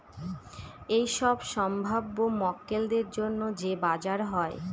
এইসব সম্ভাব্য মক্কেলদের জন্য যে বাজার হয়